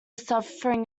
suffering